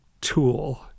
tool